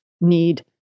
need